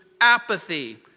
apathy